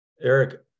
Eric